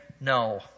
no